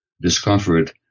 discomfort